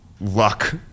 luck